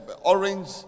orange